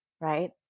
right